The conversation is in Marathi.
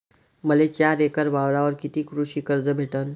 मले चार एकर वावरावर कितीक कृषी कर्ज भेटन?